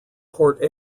port